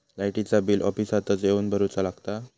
लाईटाचा बिल ऑफिसातच येवन भरुचा लागता?